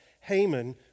Haman